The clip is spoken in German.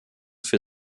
für